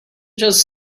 just